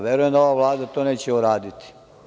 Verujem da ova Vlada to neće uraditi.